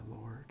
Lord